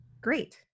great